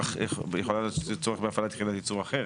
יכול להיות שיש צורך בהפעלת יחידת ייצור אחרת.